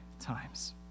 times